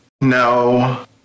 No